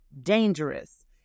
dangerous